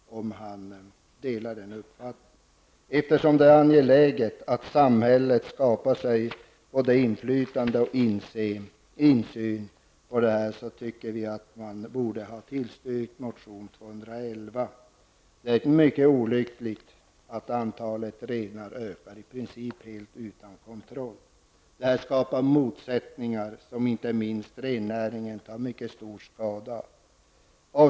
Eftersom det är mycket angeläget att samhället skapar sig inflytande och insyn på detta område tycker vi att man borde ha tillstyrkt motion Jo211. Det är mycket olyckligt att antalet renar i princip ökar helt utan kontroll. Detta skapar motsättningar som inte minst rennäringen tar mycket stor skada av.